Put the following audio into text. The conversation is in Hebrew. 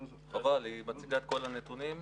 חבל, היא מציגה את כל הנתונים.